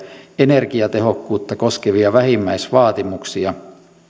energiatehokkuutta koskevia vähimmäisvaatimuksia